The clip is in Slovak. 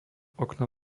okno